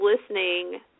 listening